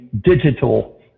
digital